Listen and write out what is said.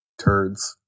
turds